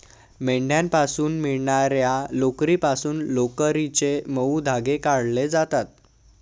मेंढ्यांपासून मिळणार्या लोकरीपासून लोकरीचे मऊ धागे काढले जातात